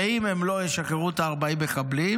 ואם לא ישחררו את 40 המחבלים,